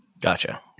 Gotcha